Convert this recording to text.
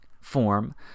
form